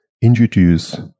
introduce